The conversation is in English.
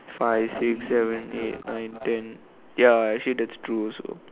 five six seven eight nine ten ya actually that's true also